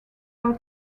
are